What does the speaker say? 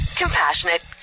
Compassionate